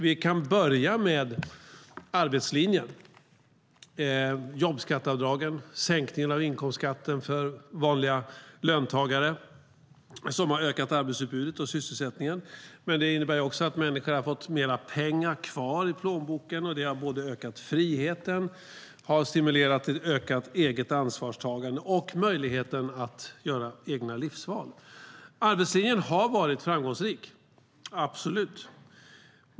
Vi kan börja med arbetslinjen, jobbskatteavdragen och sänkningen av inkomstskatten för vanliga löntagare som har ökat arbetsutbudet och sysselsättningen, men det innebär också att människor har fått mer pengar kvar i plånboken. Det har ökat friheten, stimulerat till ökat eget ansvarstagande och gett möjlighet att göra egna livsval. Arbetslinjen har varit framgångsrik, absolut!